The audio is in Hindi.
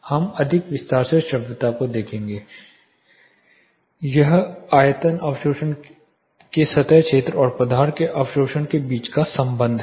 हम अधिक विस्तार से श्रव्यता को देखेंगे यह आयतन अवशोषण के सतह क्षेत्र और पदार्थ के अवशोषण के बीच का संबंध है